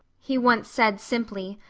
he once said simply,